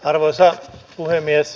arvoisa puhemies